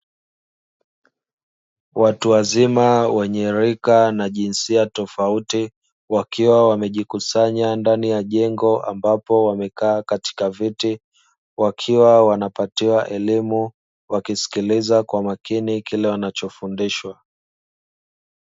Watu wazima wenye rika na jinsia tofauti wakiwa wamejikusanya ndani ya jengi ambapo wamekaa katika viti. Wakiwa wanapatiwa elimu; wakiskiliza kwa makini kile wanachofundishwa.